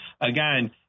Again